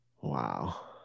Wow